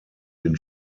den